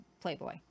playboy